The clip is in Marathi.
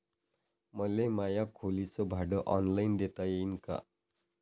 मले माया खोलीच भाड ऑनलाईन देता येईन का?